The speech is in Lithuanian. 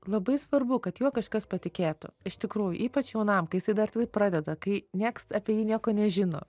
labai svarbu kad juo kažkas patikėtų iš tikrųjų ypač jaunam kai jisai dar tik pradeda kai niekas apie jį nieko nežino